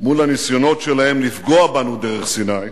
מול הניסיונות שלהם לפגוע בנו דרך סיני,